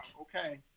okay